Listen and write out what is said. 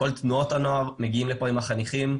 כל תנועות הנוער מגיעות לכאן עם החניכים,